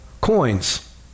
coins